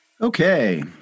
Okay